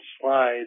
slides